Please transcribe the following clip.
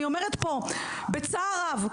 אני אומרת פה בצער רב,